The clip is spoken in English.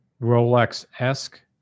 Rolex-esque